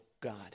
God